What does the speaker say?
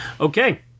okay